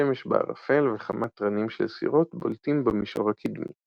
השמש בערפל וכמה תרנים של סירות בולטים במישור הקדמי ...